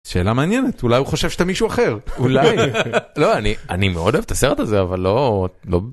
שאלה מעניינת, אולי הוא חושב שאתה מישהו אחר. אולי.. לא אני, אני מאוד אוהב את הסרט הזה אבל לא...